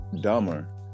dumber